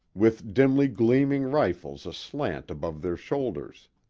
with dimly gleaming rifles aslant above their shoulders.